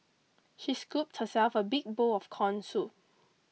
she scooped herself a big bowl of Corn Soup